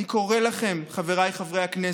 אני קורא לכם, חבריי חברי הכנסת: